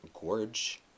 Gorge